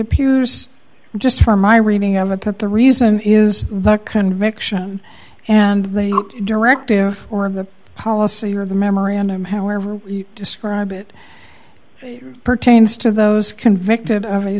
appears just from my reading of the perp the reason is the conviction and the directive or the policy or the memorandum however you describe it pertains to those convicted of a